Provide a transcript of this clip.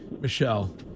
Michelle